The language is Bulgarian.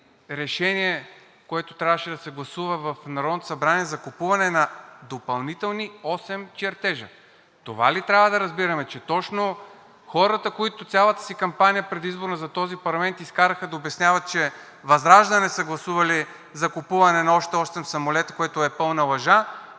Решение, което трябваше да се гласува в Народното събрание, за купуване на допълнителни осем чертежа. Това ли трябва да разбираме – че точно хората, които цялата си предизборна кампания за този парламент изкараха да обясняват, че ВЪЗРАЖДАНЕ са гласували за купуване на още осем самолета, което е пълна лъжа,